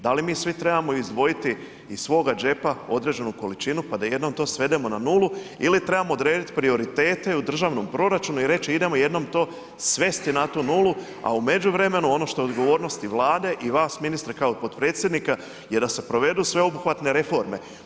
Da li mi svi trebamo izdvojiti iz svoga džepa određenu količinu pa da jednom to svedemo na nulu ili trebamo odrediti prioritete i u državnom proračunu i reći idemo jednom to svesti na tu nulu a u međuvremenu ono što je odgovornost i Vlade i vas ministre kao potpredsjednika je da se provedu sve obuhvatne reforme.